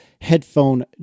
headphone